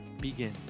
begin